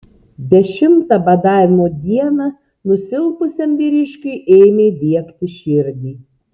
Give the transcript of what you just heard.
dešimtą badavimo dieną nusilpusiam vyriškiui ėmė diegti širdį